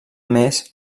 més